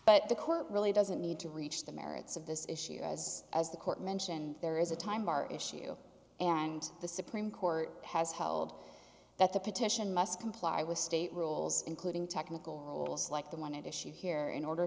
court really doesn't need to reach the merits of this issue as as the court mentioned there is a time bar issue and the supreme court has held that the petition must comply with state rules including technical rules like the one at issue here in order